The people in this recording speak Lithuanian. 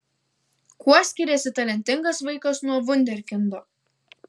kuo skiriasi talentingas vaikas nuo vunderkindo